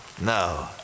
No